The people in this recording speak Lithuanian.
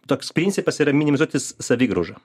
toks principas yra minimizuotis savigrauža